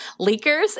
leakers